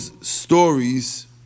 stories